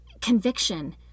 conviction